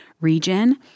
region